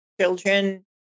children